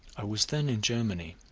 i was then in germany,